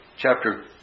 Chapter